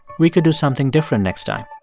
we could do something different next time.